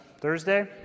Thursday